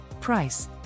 Price